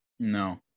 no